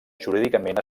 jurídicament